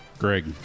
Greg